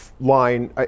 line